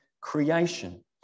creation